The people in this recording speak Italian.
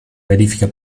verifica